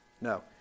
No